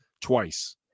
twice